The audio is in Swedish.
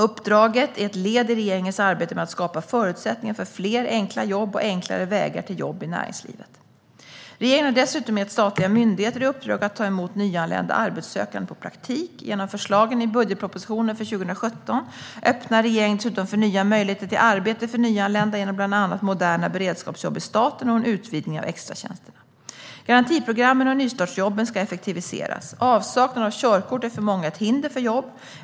Uppdraget är ett led i regeringens arbete med att skapa förutsättningar för fler enkla jobb och enklare vägar till jobb i näringslivet. Regeringen har dessutom gett statliga myndigheter i uppdrag att ta emot nyanlända arbetssökande på praktik. Genom förslagen i budgetpropositionen för 2017 öppnar regeringen dessutom för nya möjligheter till arbete för nyanlända genom bland annat moderna beredskapsjobb i staten och en utvidgning av extratjänsterna. Garantiprogrammen och nystartsjobben ska effektiviseras. Avsaknad av körkort är för många ett hinder för jobb.